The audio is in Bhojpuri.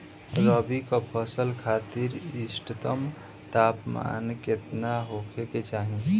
रबी क फसल खातिर इष्टतम तापमान केतना होखे के चाही?